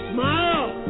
Smile